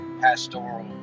pastoral